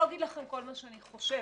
אני לא אגיד לכם כל מה שאני חושבת.